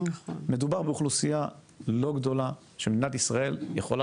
מדובר באוכלוסייה לא גדולה שמדינת ישראל יכולה